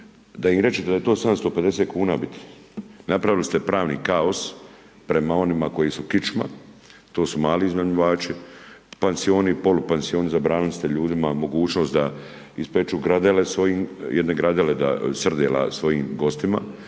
se ne razumije./.... Napravili ste pravni kaos prema onima koji su kičma, to su mali iznajmljivači, pansioni i polupansioni, zabranili ste ljudima mogućnost da ispeku gradele svojim, jedne gradele srdela svojim gostima,